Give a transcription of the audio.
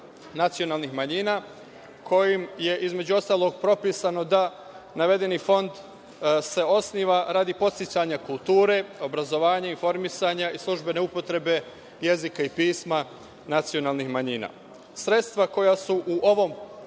nacionalnih manjina, kojim je, između ostalog, propisano da navedeni fond se osniva radi podsticanja kulture, obrazovanja, informisanja, službene upotrebe jezika i pisma nacionalnih manjina. Sredstva koja su u ovom